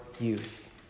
youth